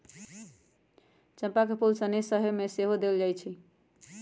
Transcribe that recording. चंपा के फूल सनेश में सेहो देल जाइ छइ